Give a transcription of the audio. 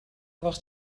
وقت